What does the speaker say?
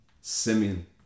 Simeon